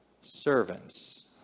servants